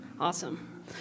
Awesome